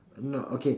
no okay